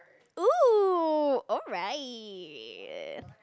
oh alright